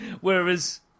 Whereas